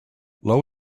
low